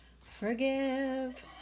forgive